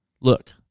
look